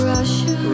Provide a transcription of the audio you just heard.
Russia